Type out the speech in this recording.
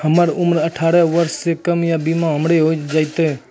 हमर उम्र अठारह वर्ष से कम या बीमा हमर हो जायत?